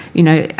you know,